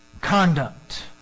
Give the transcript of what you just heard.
conduct